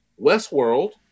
Westworld